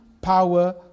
power